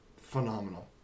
phenomenal